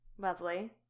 Lovely